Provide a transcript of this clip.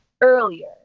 earlier